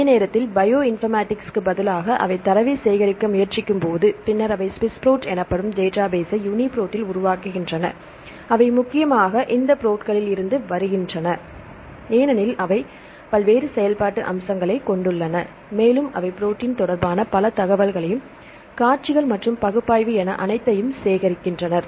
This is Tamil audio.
அதே நேரத்தில் பயோ இன்ஃபர்மேட்டிக்ஸுக்குப் பதிலாக அவை தரவைச் சேகரிக்க முயற்சிக்கும் போது பின்னர் அவை ஸ்விஸ் புரோட் எனப்படும் டேட்டாபேஸ்ஸை யூனிபிரோட்டில் உருவாக்குகின்றன அவை முக்கியமாக இந்த "prots" களில் இருந்து வருகின்றன ஏனெனில் அவை பல்வேறு செயல்பாட்டு அம்சங்களைக் கொண்டுள்ளன மேலும் அவை ப்ரோடீன் தொடர்பான பல தகவல்களையும் காட்சிகள் மற்றும் பகுப்பாய்வு என அனைத்தையும் சேகரித்தன